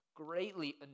greatly